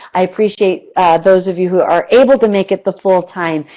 i appreciate those of you who are able to make it the full time.